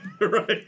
right